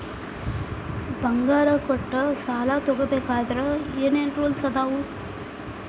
ಬಂಗಾರ ಕೊಟ್ಟ ಸಾಲ ತಗೋಬೇಕಾದ್ರೆ ಏನ್ ಏನ್ ರೂಲ್ಸ್ ಅದಾವು?